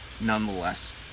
nonetheless